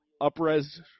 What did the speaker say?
up-res